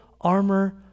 armor